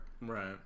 Right